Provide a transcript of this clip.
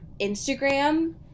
Instagram